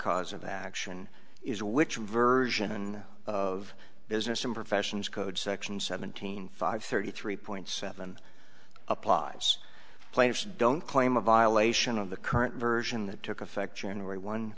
cause of action is which version of business and professions code section seventeen five thirty three point seven applies plaintiffs don't claim a violation of the current version that took effect january one